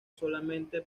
solamente